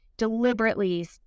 deliberately